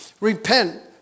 Repent